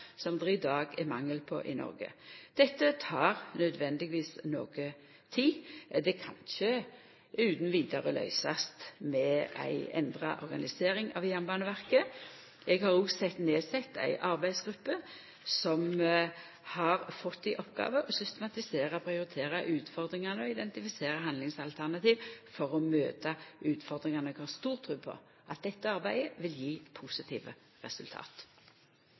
som det i dag er mangel på i Noreg. Dette tek nødvendigvis noko tid. Det kan ikkje utan vidare løysast ved ei endra organisering av Jernbaneverket. Eg har òg sett ned ei arbeidsgruppe som har fått i oppgåve å systematisera og prioritera utfordringane på jernbaneområdet og identifisera handlingsalternativ for å møta utfordringane. Eg har stor tru på at dette arbeidet vil gje positive resultat.